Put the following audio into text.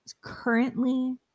currently